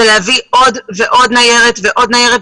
להביא עוד ניירת ועוד ניירת.